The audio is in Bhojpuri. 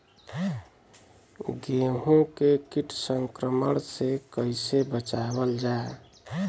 गेहूँ के कीट संक्रमण से कइसे बचावल जा?